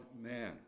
man